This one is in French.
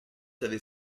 avait